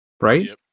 right